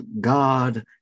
God